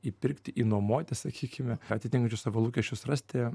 įpirkti įnuomoti sakykime atitinkančius savo lūkesčius rasti